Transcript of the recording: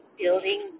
building